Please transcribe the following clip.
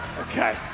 Okay